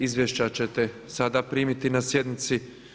Izvješća ćete sada primiti na sjednici.